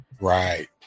Right